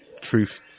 truth